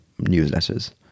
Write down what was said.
newsletters